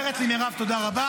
אומרת לי מירב, תודה רבה.